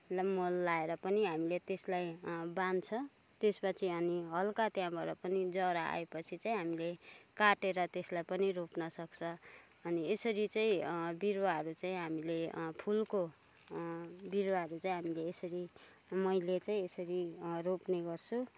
मल लाएर पनि हामीले त्यसलाई बान्छौँ त्यसपछि अनि हल्का त्यहाँबाट पनि जरा आएपछि चाहिँ हामीले काटेर त्यसलाई पनि रोप्नसक्छौँ अनि यसरी चाहिँ बिरुवाहरू चाहिँ हामीले फुलको बिरुवाहरू चाहिँ हामीले यसरी मैले चाहिँ यसरी रोप्ने गर्छु